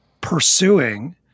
pursuing